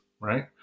right